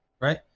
Right